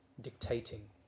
dictating